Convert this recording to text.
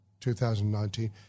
2019